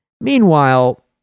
Meanwhile